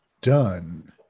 done